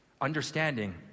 understanding